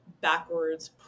backwards